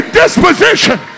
disposition